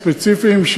ספציפיים,